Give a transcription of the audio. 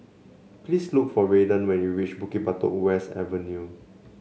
please look for Raiden when you reach Bukit Batok West Avenue